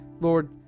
Lord